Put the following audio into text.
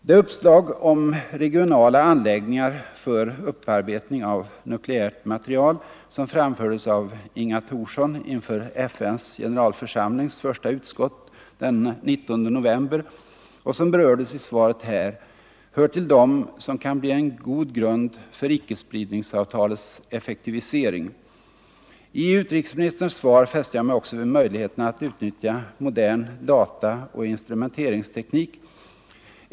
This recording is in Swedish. Det uppslag om regionala anläggningar för upparbetning av nukleärt material som framfördes av Inga Thorsson inför FN:s generalförsamlings första utskott den 19 november och som berördes i svaret här hör till dem som kan bli en god grund för icke-spridningsavtalets effektivisering. I utrikesministerns svar fäste jag mig också vid möjligheterna att utnyttja modern dataoch instrumenteringsteknik.